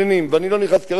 ואני לא נכנס כרגע,